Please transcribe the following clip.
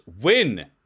win